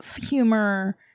humor